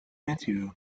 matthews